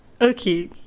okay